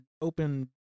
open